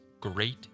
great